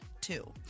Two